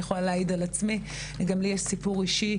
גם לי יש סיפור אישי,